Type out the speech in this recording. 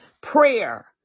Prayer